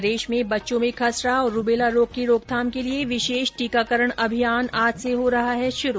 प्रदेश में बच्चों में खसरा और रूबेला रोग की रोकथाम के लिए विशेष टीकाकरण अभियान आज से हो रहा है शुरू